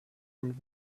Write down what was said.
und